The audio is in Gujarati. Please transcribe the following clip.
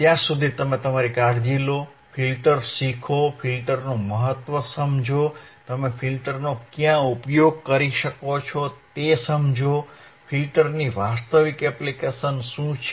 ત્યાં સુધી તમે કાળજી લો ફિલ્ટર્સ શીખો ફિલ્ટર્સનું મહત્વ સમજો તમે ફિલ્ટર્સનો ક્યાં ઉપયોગ કરી શકો છો તે સમજો ફિલ્ટર્સની વાસ્તવિક એપ્લિકેશન્સ શું છે